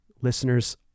listeners